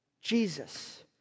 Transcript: Jesus